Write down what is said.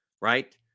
right